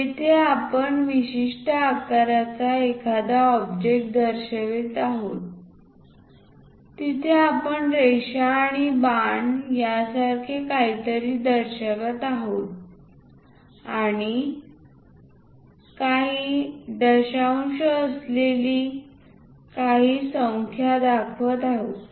येथे आपण विशिष्ट आकाराचा एखादा ऑब्जेक्ट दर्शवित आहोत तिथे आपण रेषा आणि बाण सारखे काहीतरी दर्शवित आहोत आणि काही दशांश असलेली काही संख्या दाखवत आहोत